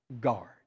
guard